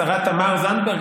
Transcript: השרה תמר זנדברג,